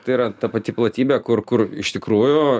tai yra ta pati platybė kur kur iš tikrųjų